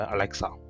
Alexa